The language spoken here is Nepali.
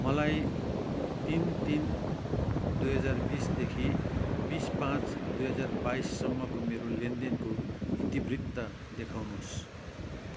मलाई तिन तिन दुई हजार बिसदेखि बिस पाँच दुई हजार बाइससम्मको मेरो लेनदेनको इतिवृत्त देखाउनुहोस्